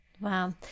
Wow